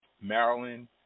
Maryland